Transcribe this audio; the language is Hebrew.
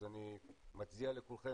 אז אני מציע לכולכם,